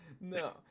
No